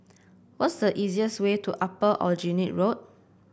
what's the easiest way to Upper Aljunied Road